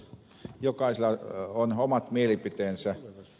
jokaisella on omat mielipiteensä